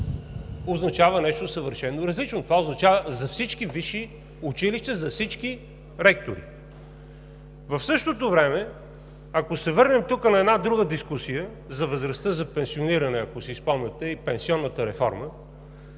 означава нещо съвършено различно. Това означава за всички висши училища, за всички ректори. В същото време, ако се върнем тук на една друга дискусия – за възрастта за пенсиониране и пенсионната реформа,